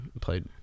played